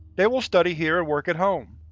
they will study here and work at home.